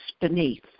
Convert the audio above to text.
beneath